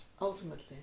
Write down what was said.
ultimately